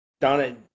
donna